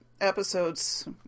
episodes